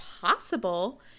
possible